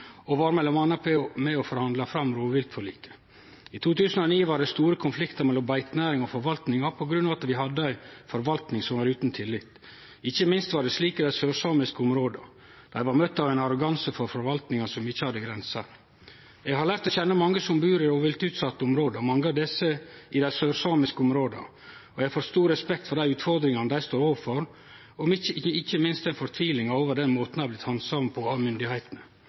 og var m.a. med på å forhandle fram rovviltforliket. I 2009 var det store konfliktar mellom beitenæringa og forvaltninga på grunn av at vi hadde ei forvaltning som var utan tillit. Ikkje minst var det slik i dei sørsamiske områda. Dei var møtte av ein arroganse frå forvaltninga som ikkje hadde grenser. Eg har lært å kjenne mange som bur i rovviltutsette område – mange av desse i dei sørsamiske områda – og eg har fått stor respekt for dei utfordringane dei står overfor, og ikkje minst fortvilinga over den måten dei har blitt handsama på av myndigheitene.